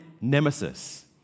nemesis